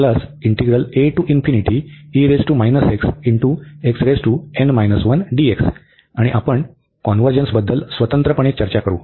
तर या प्रकरणात आणि आपण कॉन्व्हर्जन्सबद्दल स्वतंत्रपणे चर्चा करू